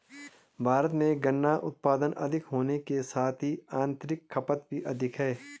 भारत में गन्ना उत्पादन अधिक होने के साथ ही आतंरिक खपत भी अधिक है